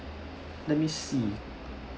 let me see